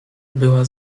była